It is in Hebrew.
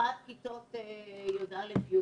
במיוחד כיתות יא'-יב'.